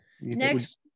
Next